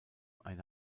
eine